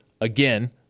again